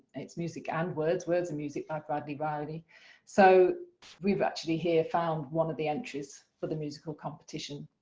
it's music and words, words of music by bradley riley so we've actually here found one of the entries for the musical competition.